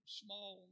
small